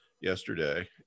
yesterday